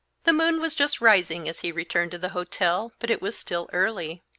the moon was just rising as he returned to the hotel, but it was still early.